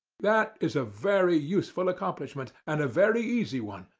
that is a very useful accomplishment, and a very easy one,